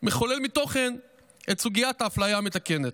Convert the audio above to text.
מתוכן את סוגיית האפליה המתקנת.